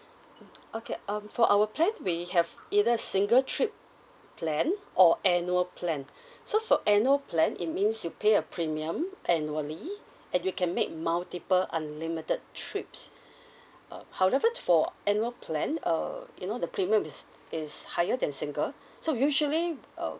mm okay um for our plan we have either single trip plan or annual plan so for annual plan it means you pay a premium annually and you can make multiple unlimited trips uh however for annual plan uh you know the premium is is higher than single so usually uh